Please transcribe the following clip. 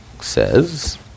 says